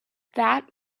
that